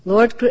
Lord